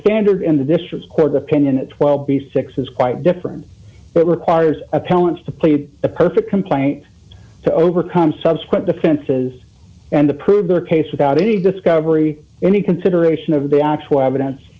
standard in the district court opinion at twelve b six is quite different but requires a challenge to plead the perfect complaint to overcome subsequent defenses and to prove their case without any discovery any consideration of the actual evidence